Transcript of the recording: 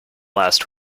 last